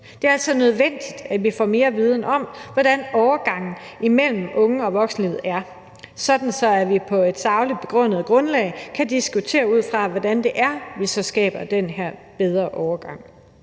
Det er altså nødvendigt, at vi får mere viden om, hvordan overgangen mellem unge- og voksenlivet er, sådan at vi ud fra et sagligt begrundet grundlag kan diskutere, hvordan det er, vi så skaber den her bedre overgang.